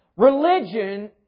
Religion